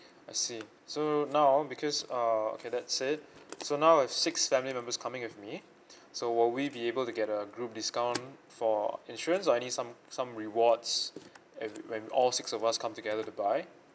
I see so now because uh okay that's it so now it's six family members coming with me so will we be able to get a group discount for insurance or any some some rewards where where we all six of us come together to buy